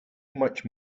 much